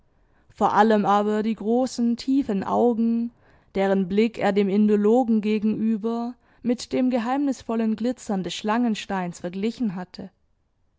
vor allem aber die großen tiefen augen deren blick er dem indologen gegenüber mit dem geheimnisvollen glitzern des schlangensteins verglichen hatte